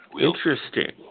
Interesting